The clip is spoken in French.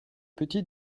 petit